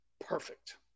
perfect